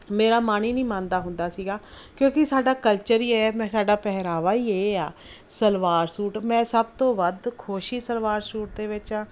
ਮੇਰਾ ਮਨ ਹੀ ਨਹੀਂ ਮੰਨਦਾ ਹੁੰਦਾ ਸੀਗਾ ਕਿਉਂਕਿ ਸਾਡਾ ਕਲਚਰ ਹੀ ਹੈ ਮੈਂ ਸਾਡਾ ਪਹਿਰਾਵਾ ਹੀ ਇਹ ਆ ਸਲਵਾਰ ਸੂਟ ਮੈਂ ਸਭ ਤੋਂ ਵੱਧ ਖੁਸ਼ ਹੀ ਸਲਵਾਰ ਸੂਟ ਦੇ ਵਿੱਚ ਹਾਂ